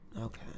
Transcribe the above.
Okay